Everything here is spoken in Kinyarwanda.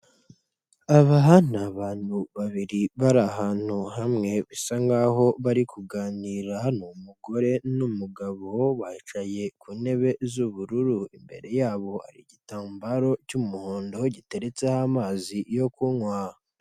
Aba ni abantu babiri bari ahantu hamwe bisa nkaho bari kuganira hano umugore n'umugabo bicaye ku ntebe z'ubururu, imbere yabo hari igitambaro cy'umuhondo, aho giteretseho amazi yo kunywa.